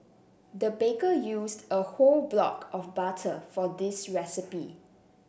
the baker used a whole block of butter for this recipe